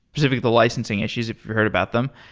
specifically, the licensing issues, if you heard about them,